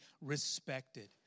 respected